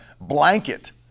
blanket